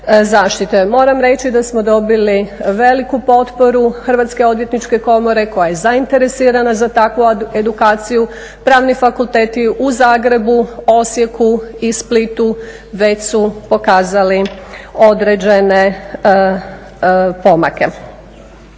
Moram reći da smo dobili veliku potporu Hrvatske odvjetničke komore koja je zainteresirana za takvu edukaciju, Pravni fakulteti u Zagrebu, Osijeku i Splitu već su pokazali određene pomake.